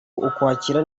ukwakira